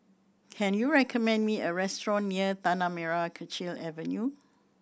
can you recommend me a restaurant near Tanah Merah Kechil Avenue